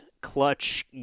clutch